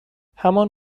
همان